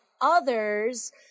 others